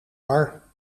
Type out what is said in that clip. war